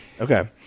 Okay